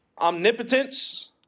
omnipotence